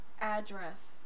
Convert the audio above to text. address